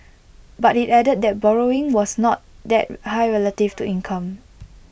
but IT added that borrowing was not that high relative to income